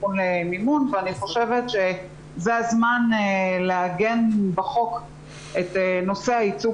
אני חושבת שזה הזמן לעגן בחוק את נושא הייצוג